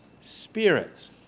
spirits